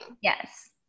Yes